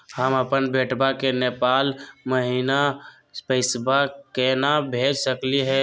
हम अपन बेटवा के नेपाल महिना पैसवा केना भेज सकली हे?